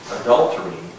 adultery